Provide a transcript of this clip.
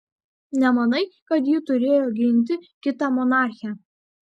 nemanai kad ji turėjo ginti kitą monarchę